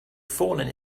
fallen